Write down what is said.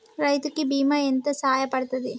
రైతు కి బీమా ఎంత సాయపడ్తది?